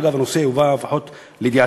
אגב, הנושא הובא, לפחות לידיעתי,